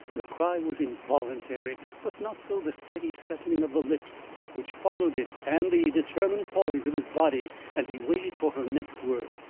the cry was involuntary, but not so the steady settling of the lips which followed it and the determined poise of his body as he waited for her next word.